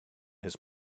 his